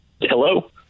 Hello